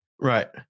Right